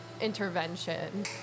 intervention